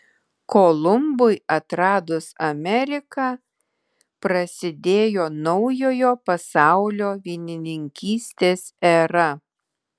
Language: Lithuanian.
kolumbui atradus ameriką prasidėjo naujojo pasaulio vynininkystės era